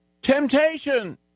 temptation